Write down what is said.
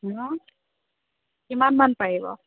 অঁ কিমানমান পাৰিব